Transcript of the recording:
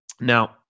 Now